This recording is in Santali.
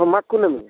ᱦᱮᱸ ᱢᱟᱜᱽ ᱠᱩᱱᱟᱹᱢᱤ